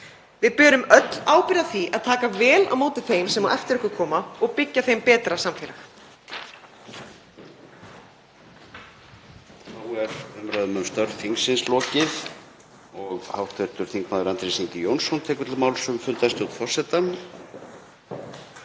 Við berum öll ábyrgð á því að taka vel á móti þeim sem á eftir okkur koma og byggja þeim betra samfélag.